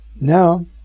now